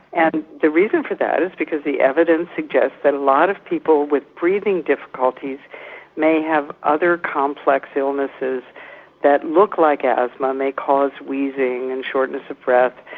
and the reason for that is because the evidence suggests that a lot of people with breathing difficulties may have other complex illnesses that look like asthma, may cause wheezing and shortness of breath,